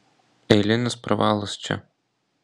eilinis pravalas čia